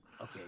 Okay